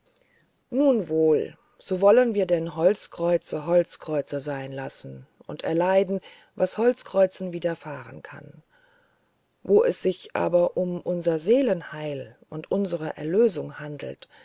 nun wohl so wollen wir denn holzkreuze holzkreuze sein lassen und erleiden was holzkreuzen widerfahren kann wo es sich aber um unser seelenheil und unsere erlösung handelt